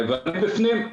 אחרי שעשיתי את זה אני בפנים,